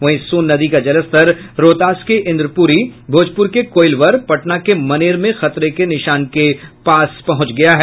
वहीं सोन नदी का जलस्तर रोहतास के इंद्रपुरी भोजपुर के कोईलवर पटना के मनेर में खतरे के निशान के पास पहुंच गया है